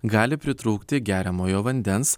gali pritrūkti geriamojo vandens